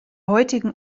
heutigen